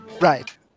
Right